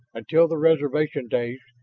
until the reservation days,